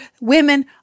Women